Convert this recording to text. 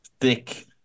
thick –